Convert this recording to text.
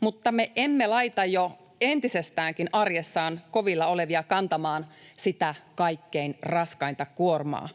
mutta me emme laita jo entisestään arjessaan kovilla olevia kantamaan sitä kaikkein raskainta kuormaa.